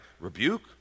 rebuke